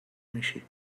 میشی